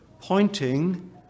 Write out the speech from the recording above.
pointing